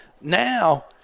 Now